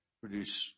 produce